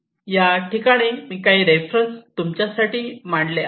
या ठिकाणी मी काही रेफरन्सेस तुमच्यासाठी मांडले आहेत